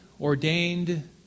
ordained